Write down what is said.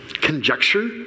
conjecture